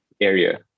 area